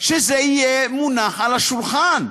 שזה יהיה מונח על השולחן.